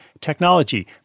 technology